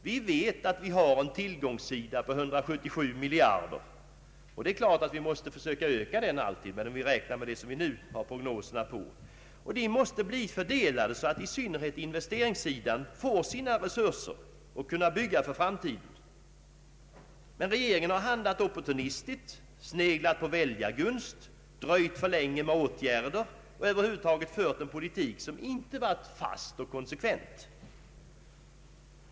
Vi vet att vi på tillgångssidan har 177 miljarder kronor, och det är klart att vi alltid måste försöka öka detta belopp, men de prognoser vi nu har rör sig om detta belopp. Dessa tillgångar måste bli fördelade så att i synnerhet investeringssidan får erforderliga resurser att kunna bygga för framtiden. Men regeringen har handlat opportunistiskt, sneglat på väljargunst, dröjt för länge med åtgärder, och den har över huvud taget fört en politik som inte varit fast och konsekvent.